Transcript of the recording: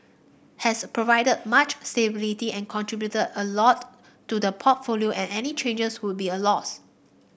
has provided much stability and contributed a lot to the portfolio and any changes would be a loss